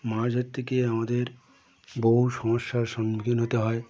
মাছ ধরতে গিয়ে আমাদের বহু সমস্যার সম্মুখীন হতে হয়